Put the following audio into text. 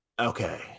Okay